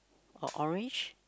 or orange